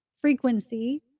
frequency